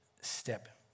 step